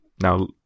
Now